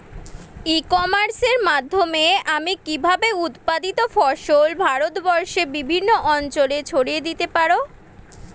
ই কমার্সের মাধ্যমে আমি কিভাবে উৎপাদিত ফসল ভারতবর্ষে বিভিন্ন অঞ্চলে ছড়িয়ে দিতে পারো?